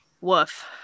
woof